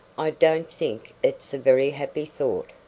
i don't think it's a very happy thought,